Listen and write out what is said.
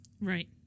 Right